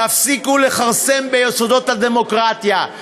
תפסיקו לכרסם ביסודות הדמוקרטיה.